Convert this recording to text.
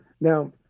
Now